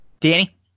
danny